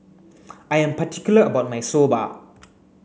I am particular about my Soba